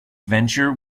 venture